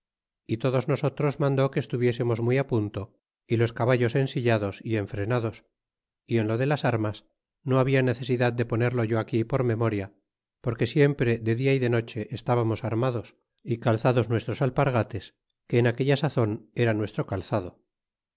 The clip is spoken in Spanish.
y todos nosotros mandó que estuviésemos muy á punto y los caballos ensillados y enfrenados y en lo de las armas no habia necesidad de ponerlo yo aquí por memoria porque siempre de dia y de noche estábamos armados y calzados nuestros alpargates que en aquella sazon era nuestro calzado